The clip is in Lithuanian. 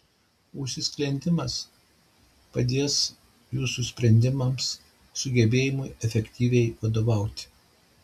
užsisklendimas atsilieps jūsų sprendimams ir sugebėjimui efektyviai vadovauti